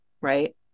right